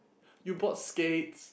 you bought skates